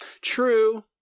true